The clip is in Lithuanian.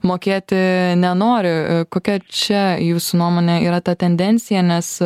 mokėti nenori kokia čia jūsų nuomone yra ta tendencija nes